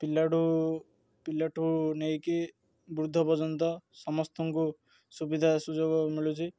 ପିଲା ଠୁ ପିଲା ଠୁ ନେଇକି ବୃଦ୍ଧ ପର୍ଯ୍ୟନ୍ତ ସମସ୍ତଙ୍କୁ ସୁବିଧା ସୁଯୋଗ ମିଳୁଛି